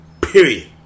Period